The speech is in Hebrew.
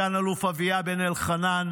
סגן אלוף אביה בן אלחנן,